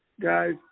Guys